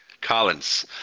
Collins